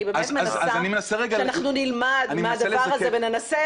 אני באמת מנסה שאנחנו נלמד מהדבר הזה וננסה